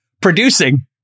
producing